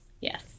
Yes